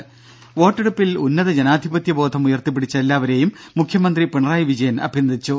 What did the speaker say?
രുര വോട്ടെടുപ്പിൽ ഉന്നത ജനാധിപത്യ ബോധം ഉയർത്തിപ്പിടിച്ച എല്ലാവരേയും മുഖ്യമന്ത്രി പിണറായി വിജയൻ അഭിനന്ദിച്ചു